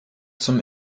zum